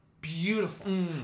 beautiful